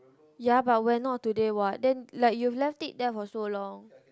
ya but we're not today what then like you left it there for so long